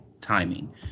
timing